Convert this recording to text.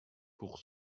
pour